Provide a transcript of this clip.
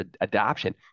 adoption